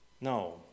No